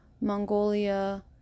Mongolia